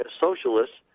socialists